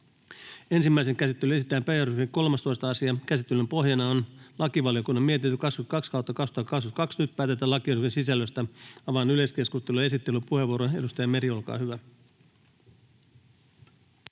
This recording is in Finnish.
Ensimmäiseen käsittelyyn esitellään päiväjärjestyksen 13. asia. Käsittelyn pohjana on lakivaliokunnan mietintö LaVM 22/2022 vp. Nyt päätetään lakiehdotuksen sisällöstä. — Avaan yleiskeskustelun. Esittelypuheenvuoro, edustaja Meri, olkaa hyvä.